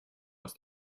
aus